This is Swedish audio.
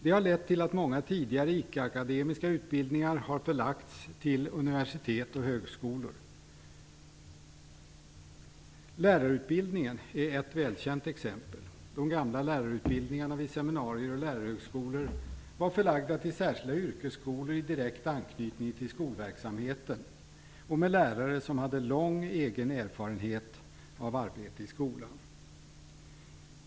Den har lett till att många tidigare ickeakademiska utbildningar förlagts till universitet och högskolor. Lärarutbildningen är ett välkänt exempel. De gamla lärarutbildningarna vid seminarier och lärarhögskolor var förlagda till särskilda yrkesskolor i direkt anknytning till skolverksamhet och med lärare som hade lång egen erfarenhet av arbetet i skolan.